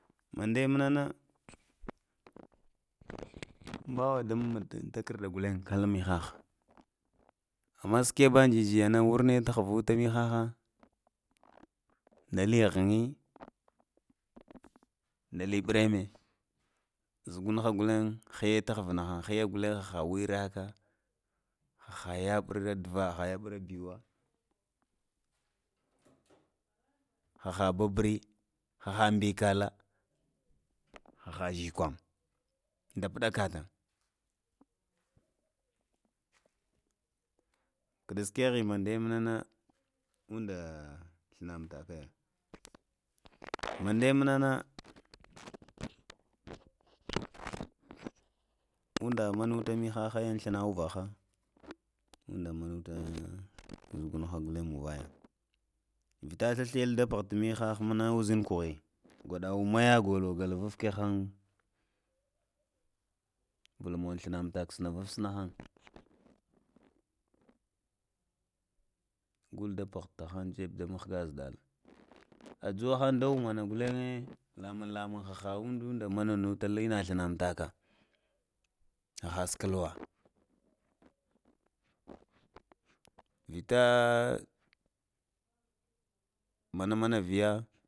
Made mnana nɓawa dan takarda guten al mihahan ama ske ba zhi zə yana wurna ta hvtuta mihaha nda li i hngi ndali ɓremi zugun ha gulen hiye ta hvd na han higa kuten, hahali wiraka aha ya bura duva aha ya bura duva aha ya bura biwa haha babari, haha mbikala, haha zhikwan nda ndapa3aka tan. Kəmadne mana uda slina matakaya made mana maya uda ma nau hami haha ya tulina uvaha uda manata zuganha gaten mavaya vita, sla sliya da pha mihaha mna uzhin kuhə gwaɗa umaya go slo kehan gul man snatahan gul mn thlana makan sna vuntahan gul ta puh tahan da mahgah zə ɗal a a juwahan ndawama guleyen lamun lamun haha ududa mananata asuna mtaka, aha skulwa, vita a mana mana viga